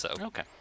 Okay